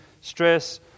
stress